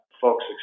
folks